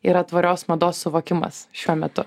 yra tvarios mados suvokimas šiuo metu